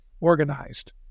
organized